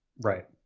Right